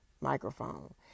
microphone